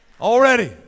Already